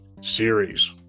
series